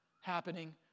happening